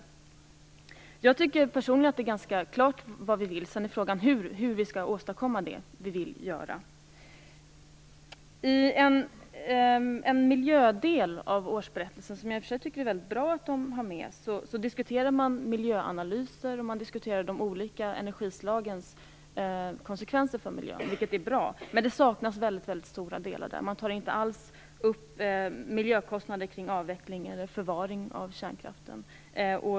Jag tycker personligen att det är ganska klart vad vi vill. Sedan är frågan hur vi skall åstadkomma det vi vill göra. I en miljödel av årsberättelsen, som jag i och för sig tycker är bra att man har med, diskuterar man miljöanalyser och de olika energislagens konsekvenser för miljön, vilket är bra. Men det saknas väldigt stora delar. Man tar inte alls upp miljökostnader kring avveckling eller förvaring av kärnbränsle.